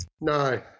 No